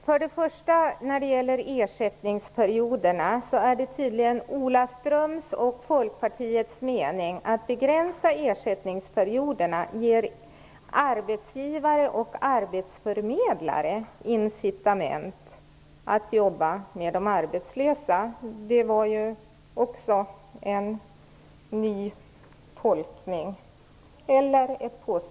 Herr talman! Det är tydligen Ola Ströms och Folkpartiets mening att man genom att begränsa ersättningsperioderna ger arbetsgivare och arbetsförmedlare incitament att jobba med de arbetslösa. Det var ju också någonting nytt.